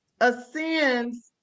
ascends